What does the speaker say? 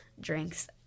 drinks